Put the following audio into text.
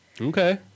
Okay